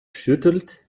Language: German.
schüttelt